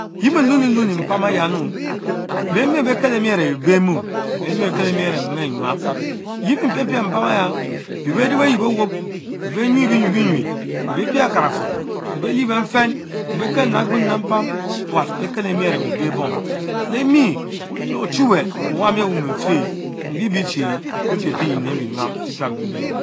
Yie mie ueni-hurri mpam eyahma beh meh bekelemie are Ebeh mom beh meh bekelemie are mom esh mi mpam ayu nyam je bach bee ne beh yiel owop, beh bee nyuch beyne bienque, ben bee pie atkarafom, ber bee liebenfen. ber bee kannu le agtens ké mpam puat beh Kelemie are bee ser bom; le mie leh Ochuweh owanie oweh mie fehh mbiebie chie mpiepie bienyin abienyam mfeh pia bebeh, bienyin.